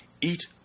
eat